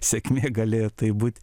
sėkmė galėjo tai būt